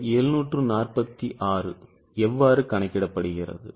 இந்த 746 எவ்வாறு கணக்கிடப்படுகிறது